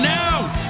now